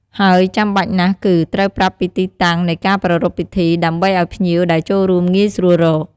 ហើយចាំបាច់ណាស់គឺ ត្រូវប្រាប់ពីទីតាំងនៃការប្រារព្ធពិធី ដើម្បីឱ្យភ្ញៀវដែលចូលរួមងាយស្រួលរក។